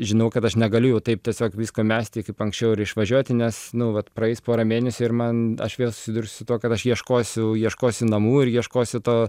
žinau kad aš negaliu jau taip tiesiog visko mesti kaip anksčiau ir išvažiuoti nes nu vat praeis pora mėnesių ir man aš vėl susidursiu su tuo kad aš ieškosiu ieškosiu namų ir ieškosiu to